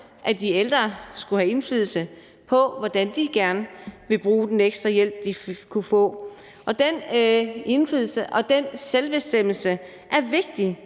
at de ældre skulle have indflydelse på, hvordan de gerne ville bruge den ekstra hjælp, de ville kunne få. Den indflydelse og den selvbestemmelse er vigtig,